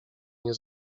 nie